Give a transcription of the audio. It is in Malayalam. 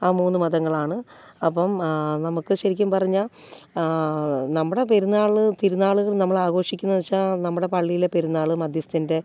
ആ മൂന്ന് മതങ്ങളാണ് അപ്പം നമുക്ക് ശരിക്കും പറഞ്ഞാൽ നമ്മുടെ പെരുന്നാൾ തിരുനാളുകൾ നമ്മൾ ആഘോഷിക്കുന്നത് എന്നു വച്ചാൽ നമ്മുടെ പള്ളിയിലെ പെരുന്നാൾ മധ്യസ്ഥൻ്റെ